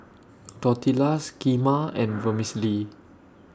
Tortillas Kheema and Vermicelli